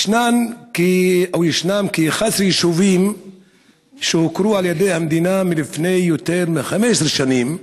יש כ-11 יישובים שהוכרו על ידי המדינה לפני יותר מ-15 שנים,